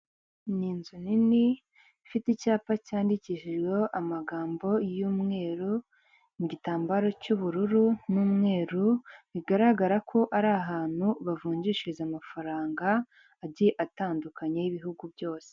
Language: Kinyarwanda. Ni inzu nini ifite icyapa cyandikishijweho amagambo y’umweru, mu gitambaro cy’ubururu n’umweru bigaragara ko ari ahantu bavunjishiriza amafaranga agiye atandukanye y’ibihugu byose.